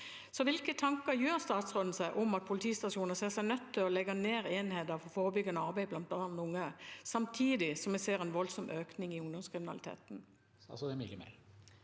Hvilke tanker gjør statsråden seg om at politistasjoner ser seg nødt til å legge ned enheter for forebyggende arbeid blant barn og unge, samtidig som vi ser en voldsom økning i ungdomskriminaliteten?